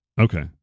Okay